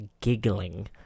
giggling